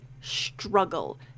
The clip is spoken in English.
struggle